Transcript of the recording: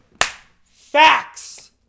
Facts